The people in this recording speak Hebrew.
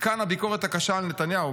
מכאן הביקורת הקשה על נתניהו.